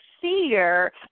fear